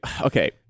okay